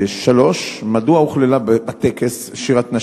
3. מדוע הוכללה בטקס שירת נשים,